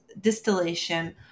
distillation